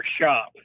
shop